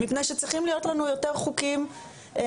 מפני שצריכים להיות לנו יותר חוקים בספר